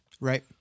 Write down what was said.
Right